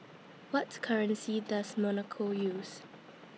What currency Does Monaco use